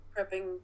prepping